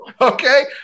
okay